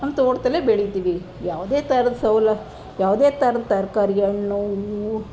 ನಮ್ಮ ತೋಟದಲ್ಲೇ ಬೆಳಿತೀವಿ ಯಾವುದೇ ಥರದ ಸವ್ಲತ್ತು ಯಾವುದೇ ಥರದ ತರಕಾರಿ ಹಣ್ಣು ಹೂವು